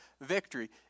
victory